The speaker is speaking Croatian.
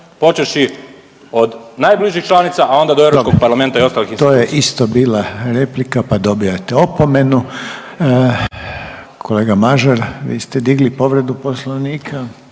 počevši od najbližih članica, a onda do EU parlamenta i ostalih institucija. **Reiner, Željko (HDZ)** Dobro. To je isto bila replika pa dobivate opomenu. Kolega Mažar, vi ste digli povredu Poslovnika.